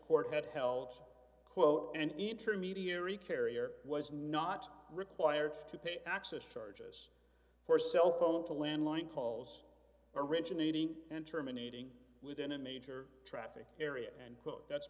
court had held quote an intermediary carrier was not required to pay access charges for cell phone to landline calls originating and terminating within a major traffic area and